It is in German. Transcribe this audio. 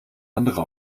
andere